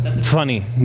funny